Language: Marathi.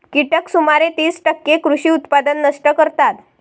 कीटक सुमारे तीस टक्के कृषी उत्पादन नष्ट करतात